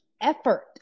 effort